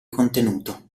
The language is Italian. contenuto